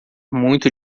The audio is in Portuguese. muito